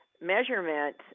measurement